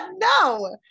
No